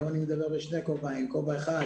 היום אני מדבר בשני כובעים כובע אחד